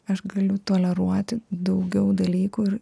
aš galiu toleruoti daugiau dalykų ir